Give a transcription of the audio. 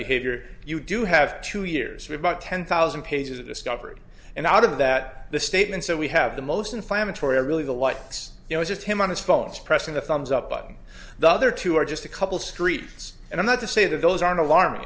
behavior you do have two years of about ten thousand pages of discovery and out of that the statement so we have the most inflammatory really the white house you know just him on his phones pressing the thumbs up on the other two are just a couple streets and i'm not to say that those aren't alarming